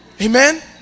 Amen